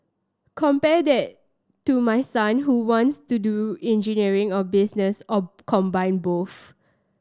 compare that to my son who wants to do engineering or business or combine both